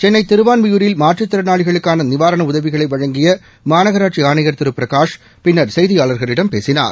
சென்ன திருவான்மியூரில் மாற்றத்திறனாளிகளுக்கான நிவாரண உதவிகளை வழங்கிய மாநகராட்சி ஆணையா திரு பிரகாஷ் பின்னர் செய்தியாளர்களிடம் பேசினார்